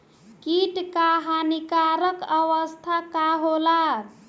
कीट क हानिकारक अवस्था का होला?